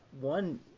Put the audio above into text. one